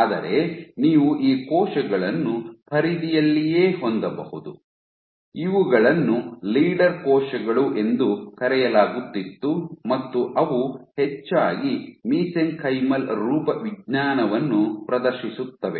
ಆದರೆ ನೀವು ಈ ಕೋಶಗಳನ್ನು ಪರಿಧಿಯಲ್ಲಿಯೇ ಹೊಂದಬಹುದು ಇವುಗಳನ್ನು ಲೀಡರ್ ಕೋಶಗಳು ಎಂದು ಕರೆಯಲಾಗುತ್ತಿತ್ತು ಮತ್ತು ಅವು ಹೆಚ್ಚಾಗಿ ಮಿಸೆಂಕೈಮಲ್ ರೂಪವಿಜ್ಞಾನವನ್ನು ಪ್ರದರ್ಶಿಸುತ್ತವೆ